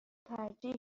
ترجیح